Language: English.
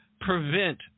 prevent